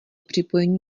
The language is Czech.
připojení